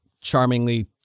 charmingly